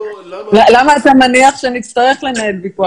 למה אתה מניח שנצטרך לנהל ויכוח?